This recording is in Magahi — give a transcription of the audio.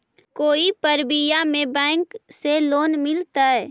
कोई परबिया में बैंक से लोन मिलतय?